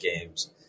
games